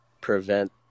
prevent